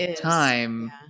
time